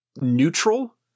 neutral